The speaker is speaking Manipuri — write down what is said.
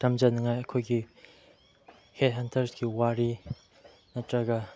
ꯇꯝꯖꯅꯤꯡꯉꯥꯏ ꯑꯩꯈꯣꯏꯒꯤ ꯍꯦꯗ ꯍꯟꯇꯔꯁꯀꯤ ꯋꯥꯔꯤ ꯅꯠꯇ꯭ꯔꯒ